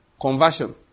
Conversion